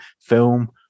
film